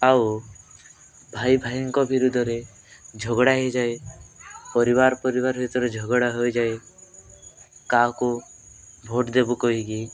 ଆଉ ଭାଇଭାଇଙ୍କ ବିରୁଦ୍ଧରେ ଝଗଡ଼ା ହେଇଯାଏ ପରିବାର ପରିବାର ଭିତରେ ଝଗଡ଼ା ହେଇଯାଏ କାହାକୁ ଭୋଟ୍ ଦେବୁ କହିକି